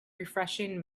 refreshing